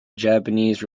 japanese